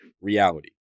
reality